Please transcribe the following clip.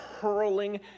hurling